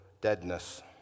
deadness